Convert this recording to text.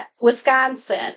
Wisconsin